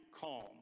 calm